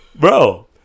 Bro